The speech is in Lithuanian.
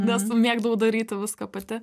nes mėgdavau daryti viską pati